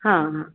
हां हां